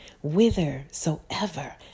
whithersoever